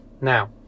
Now